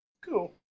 cool